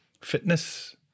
fitness